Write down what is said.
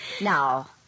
Now